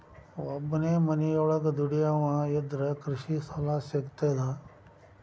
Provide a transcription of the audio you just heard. ಒಬ್ಬನೇ ಮನಿಯೊಳಗ ದುಡಿಯುವಾ ಇದ್ರ ಕೃಷಿ ಸಾಲಾ ಸಿಗ್ತದಾ?